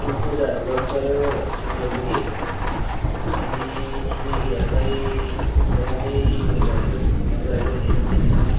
कुल पूजाहरू गर्नुपऱ्यो भनेर सोचेको थिएँ कि अनि छिमेकीहरूलाई बोलाउँदै उयो गरेको नि फोन गरेको नि यसो तिमीहरूलाई नि